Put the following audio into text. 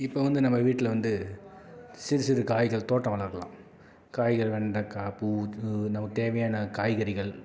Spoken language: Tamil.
இப்போ வந்து நம்ம வீட்டில் வந்து சிறு சிறு காய்கள் தோட்டம் வளர்க்கலாம் காய்கறி வெண்டக்காய் பூ து நமக்கு தேவையான காய்கறிகள்